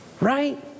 Right